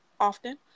Often